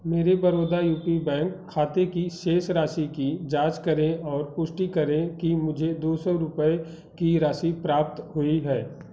मेरे Baroda U P bank खाते की शेष राशि की जाँच करें और पुष्टि करें कि मुझे दो सौ रुपये की राशि प्राप्त हुई है